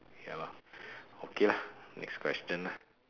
ya lah okay lah next question lah